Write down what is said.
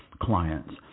clients